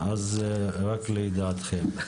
אז רק לידיעתכם.